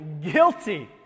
guilty